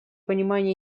понимания